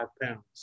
pounds